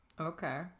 okay